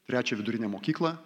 trečią vidurinę mokyklą